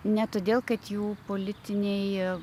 ne todėl kad jų politiniai